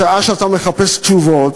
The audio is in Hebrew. בשעה שאתה מחפש תשובות,